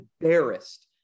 embarrassed